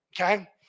okay